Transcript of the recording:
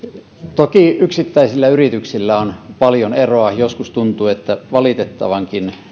toki yksittäisillä yrityksillä on paljon eroa joskus tuntuu että valitettavankin